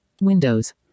windows